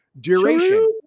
duration